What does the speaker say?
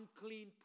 unclean